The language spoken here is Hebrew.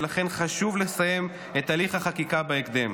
ולכן חשוב לסיים את הליך החקיקה בהקדם.